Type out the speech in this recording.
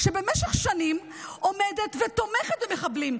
במשך שנים עומדת ותומכת במחבלים.